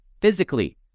physically